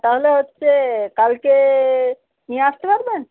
তাহলে হচ্চে কালকে নিয়ে আসতে পারবেন